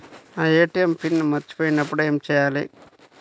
నా ATM PIN మర్చిపోయినప్పుడు ఏమి చేయాలి?